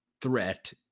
threat